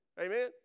Amen